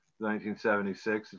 1976